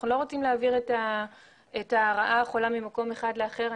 אנחנו לא רוצים להעביר את הרעה החולה ממקום אחד לאחר.